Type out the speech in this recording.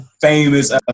Famous